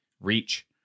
Reach